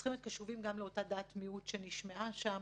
צריכים להיות קשובים גם לאותה דעת מיעוט שנשמעה שם.